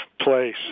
place